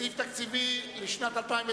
סעיף 25, תגמולים לנכים, לשנת 2009,